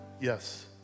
yes